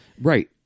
Right